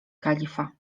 kalifa